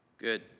Good